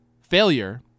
Failure